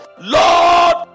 Lord